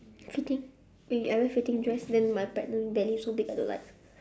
fitting I wear fitting dress then my pregnant belly so big I don't like